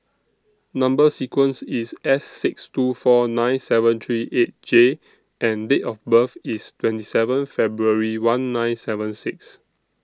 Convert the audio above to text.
Number sequence IS S six two four nine seven three eight J and Date of birth IS twenty seven February one nine seven six